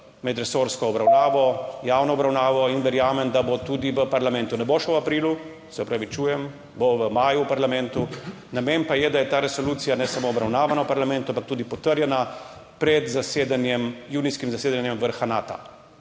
medresorsko obravnavo, javno obravnavo in verjamem, da bo tudi v parlamentu, ne bo še v aprilu, se opravičujem, bo v maju v parlamentu. Namen pa je, da je ta resolucija ne samo obravnavana v parlamentu, ampak tudi potrjena pred zasedanjem, junijskim zasedanjem vrha Nata.